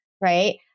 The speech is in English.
right